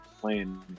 playing